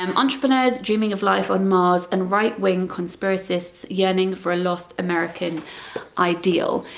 um entrepreneurs dreaming of life on mars and right-wing conspiracies yearning for a lost american ideal,